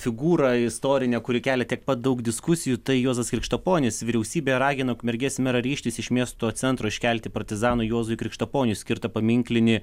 figūrą istorinę kuri kelia tiek pat daug diskusijų tai juozas krikštaponis vyriausybė ragina ukmergės merą ryžtis iš miesto centro iškelti partizanui juozui krikštaponiui skirtą paminklinį